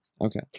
Okay